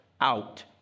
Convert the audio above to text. out